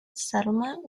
settlement